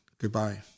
Goodbye